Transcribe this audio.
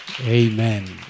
Amen